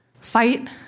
Fight